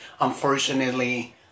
unfortunately